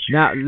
Now